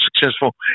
successful